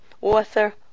author